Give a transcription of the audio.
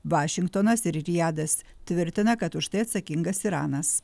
vašingtonas ir rijadas tvirtina kad už tai atsakingas iranas